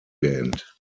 band